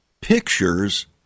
pictures